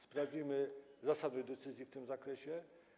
Sprawdzimy zasadność decyzji w tym zakresie.